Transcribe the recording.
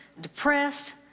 depressed